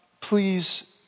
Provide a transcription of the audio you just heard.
please